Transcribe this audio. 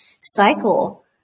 cycle